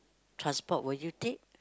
transport will you take